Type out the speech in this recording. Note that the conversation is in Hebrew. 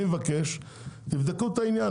אני מבקש שתבדקו את העניין.